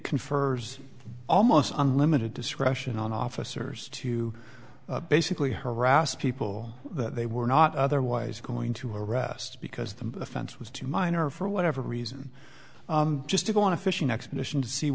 confers almost unlimited discretion on officers to basically harass people that they were not otherwise going to arrest because the offense was too minor for whatever reason just to go on a fishing expedition to see